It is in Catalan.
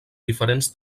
diferents